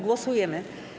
Głosujemy.